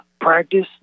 practice